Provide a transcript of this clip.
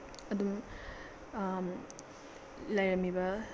ꯑꯗꯨꯝ ꯂꯩꯔꯝꯃꯤꯕ